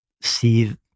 see